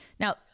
Now